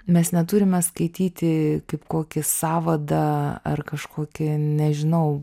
mes neturime skaityti kaip kokį sąvadą ar kažkokį nežinau